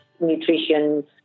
nutrition